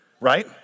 right